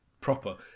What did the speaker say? proper